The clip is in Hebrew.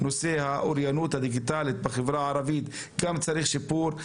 נושא האוריינות הדיגיטלית בחברה הערבית גם צריך שיפור.,